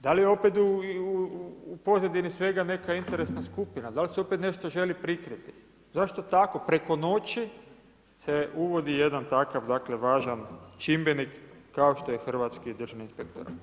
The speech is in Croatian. Da li je opet u pozadini svega neka interesna skupina, da li se opet želi nešto prikriti, zašto tako preko noći se uvodi jedan takav dakle važan čimbenik, kao što je Hrvatski državni inspektorat.